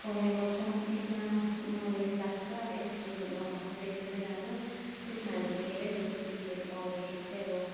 पाउने गर्छौँ यसमा मलाई चाहिँ लाग्छ एसएसजी ग्रुपमा भएको चाहिँ एकदमै राम्रो त्यसमा हामीले धेरै फ्यासिलिटिसजहरू पाउँदाखेरि चाहिँ अब